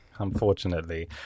Unfortunately